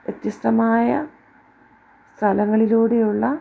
വ്യത്യസ്തമായ സ്ഥലങ്ങളിലൂടെയുള്ള